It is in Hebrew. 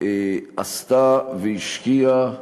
עשתה והשקיעה